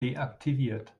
deaktiviert